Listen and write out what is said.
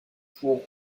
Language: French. pour